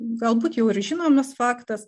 galbūt jau ir žinomas faktas